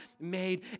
made